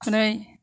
ब्रै